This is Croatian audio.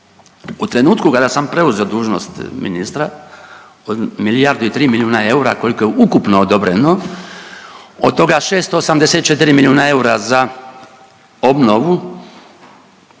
U trenutku kada sam preuzeo dužnost ministra od milijardu i tri milijuna eura koliko je ukupno odobreno od toga 684 milijuna eura za obnovu